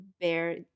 bear